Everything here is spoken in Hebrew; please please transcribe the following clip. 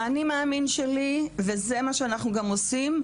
ה"אני מאמין" שלי וזה גם מה שאנחנו עושים,